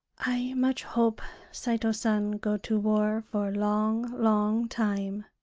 i much hope saito san go to war for long, long time.